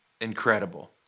incredible